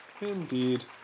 Indeed